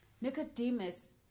Nicodemus